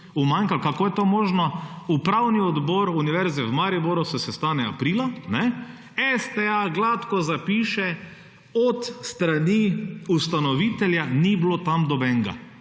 umanjka, kako je to možno, upravni odbor Univerze v Mariboru se sestane aprila, STA gladko zapiše od strani ustanovitelja ni bilo tam nobenega.